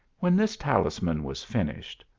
when this talisman was finished,